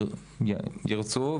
ירצו,